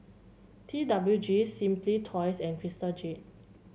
T W G Simply Toys and Crystal Jade